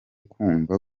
kumva